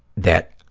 that